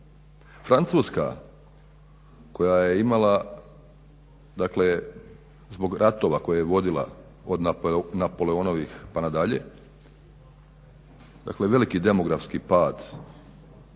Francuska koja je imala zbog ratova koje je vodila od napoleonovih pa nadalje, dakle veliki demografski pad